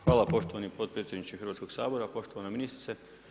Hvala poštovani potpredsjedniče Hrvatskog sabora, poštovana ministrice.